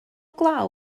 glaw